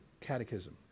Catechism